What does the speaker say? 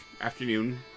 afternoon